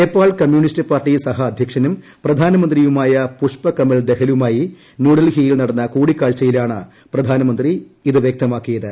Nepal communist party സഹ അധ്യക്ഷനും പ്രധാനമന്ത്രിയുമായ പുഷ്പ്പ് ക്യമർ ദഹലുമായി ന്യൂഡൽഹിയിൽ നടന്ന കൂടിക്കാഴ്ചയിലാണ് പ്രധാനമന്ത്രി ഇത് വ്യക്തമാക്കിയത്